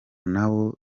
nawo